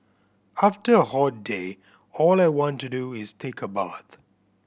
after a hot day all I want to do is take a bath